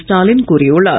ஸ்டாலின் கூறியுள்ளார்